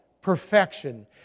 perfection